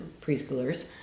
preschoolers